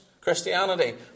Christianity